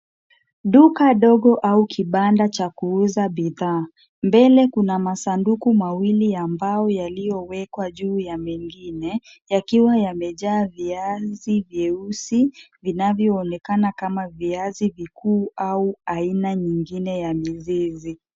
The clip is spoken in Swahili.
Duka dogo au kibanda cha kuuza bidhaa. Mbele kuna masanduku mawili ambayo yaliyowekwa juu ya mengine yakiwa yamejaa viazi vyeusi, vinavyoonekana kama viazi vikuu au aina nyingine ya mizizi.